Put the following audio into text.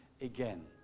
again